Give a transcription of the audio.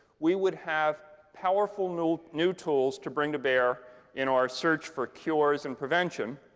we would have powerful new new tools to bring to bear in our search for cures and prevention.